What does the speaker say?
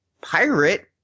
pirate